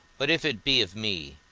but if it be of me,